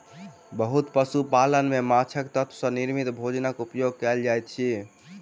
बहुत पशु पालन में माँछक तत्व सॅ निर्मित भोजनक उपयोग कयल जाइत अछि